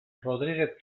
rodriguez